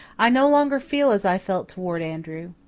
i no longer feel as i felt towards andrew.